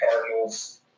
Cardinals